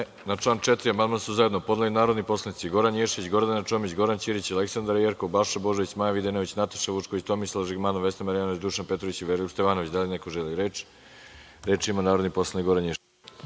član 4. amandman su zajedno podneli narodni poslanici Goran Ješić, Gordana Čomić, Goran Ćirić, Aleksandra Jerkov, Balša Božović, Maja Videnović, Nataša Vučković, Tomislav Žigmanov, Vesna Marjanović, Dušan Petrović i Veroljub Stevanović. Da li neko želi reč? Reč ima narodni poslanik Goran Ješić.